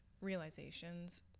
realizations